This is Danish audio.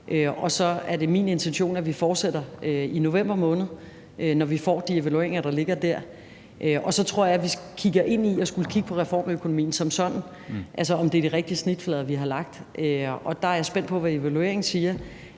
Og så er det min intention, at vi fortsætter i november måned, når vi får de evalueringer, der ligger der. Så tror jeg, at vi kigger ind i at skulle kigge på en reform af økonomien som sådan, altså om det er de rigtige snitflader, vi har lagt. Der er jeg spændt på, hvad evalueringen siger,